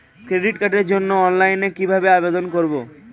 Credit কার্ডের জন্য অফলাইনে কিভাবে আবেদন করব?